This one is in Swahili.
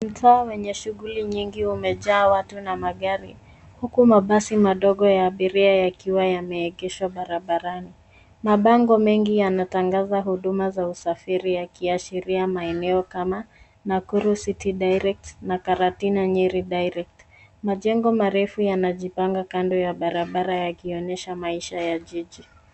Mtaa wenye shughuli nyingi umejaa watu na magari huku mabasi madogo ya abiria yakiwa yameegeshwa barabarani. Mabango mengi yanatangaza huduma za usafiri yakiashiria maeneo kama Nakuru City Direct na Karatina Nyeri Direct. Majengo marefu yanajipanga kando ya barabara yakionyesha maisha ya jiji.